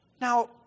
Now